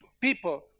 people